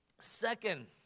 Second